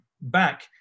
back